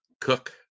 Cook